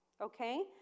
okay